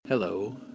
Hello